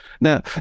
Now